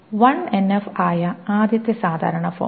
1NF ആയ ആദ്യത്തെ സാധാരണ ഫോം